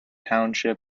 township